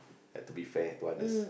had to be fair to others